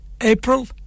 April